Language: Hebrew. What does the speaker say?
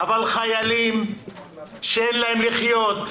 אבל חיילים שאין להם לחיות,